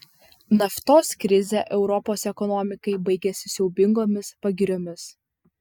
naftos krizė europos ekonomikai baigėsi siaubingomis pagiriomis